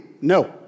no